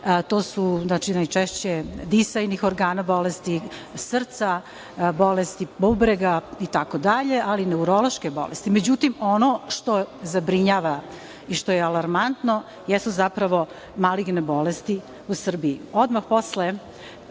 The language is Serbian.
To su najčešće bolesti disajnih organa, bolesti srca, bolesti bubrega itd, ali i neurološke bolesti. Međutim, ono što zabrinjava i što je alarmantno jesu zapravo maligne bolesti u Srbiji.